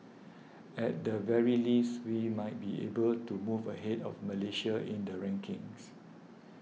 at the very least we might be able to move ahead of Malaysia in the rankings